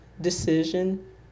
decision